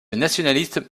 nationaliste